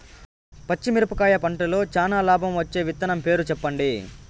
పచ్చిమిరపకాయ పంటలో చానా లాభం వచ్చే విత్తనం పేరు చెప్పండి?